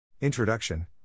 Introduction